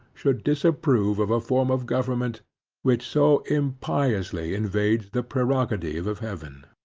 should disapprove of a form of government which so impiously invades the prerogative of heaven.